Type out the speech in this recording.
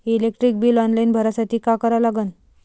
Electric bill online भरासाठी का करा लागन?